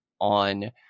on